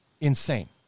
insane